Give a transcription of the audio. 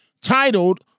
titled